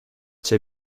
two